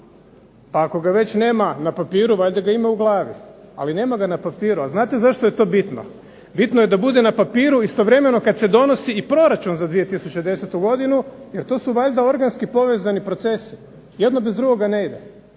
Pa ako ga već nema na papiru, valjda ga ima u glavi. Ali nema ga na papiru. Ali znate zašto je to bitno? Bitno je da bude na papiru istovremeno kada se donosi i proračun za 2010. godinu, jer to su valjda organski povezani procesi. Jedno bez drugoga ne ide.